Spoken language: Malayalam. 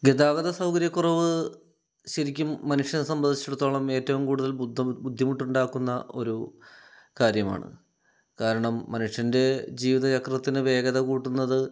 ഗതാഗത സൗകര്യക്കുറവ് ശരിക്കും മനുഷ്യനെ സംബന്ധിച്ചിടത്തോളം ഏറ്റവും കൂടുതൽ ബുദ്ധ ബുദ്ധിമുട്ടുണ്ടാക്കുന്ന ഒരു കാര്യമാണ് കാരണം മനുഷ്യൻ്റെ ജീവിതചക്രത്തിന് വേഗത കൂട്ടുന്നത്